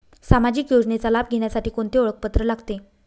सामाजिक योजनेचा लाभ घेण्यासाठी कोणते ओळखपत्र लागते?